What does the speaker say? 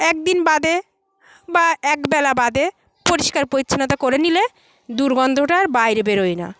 একদিন বাদে বা একবেলা বাদে পরিষ্কার পরিচ্ছন্নতা করে নিলে দুর্গন্ধটা আর বাইরে বেরোয় না